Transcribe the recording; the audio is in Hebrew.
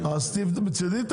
שמגדלים.